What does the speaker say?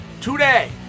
today